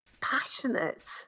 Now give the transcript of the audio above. passionate